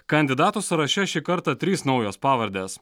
kandidatų sąraše šį kartą trys naujos pavardės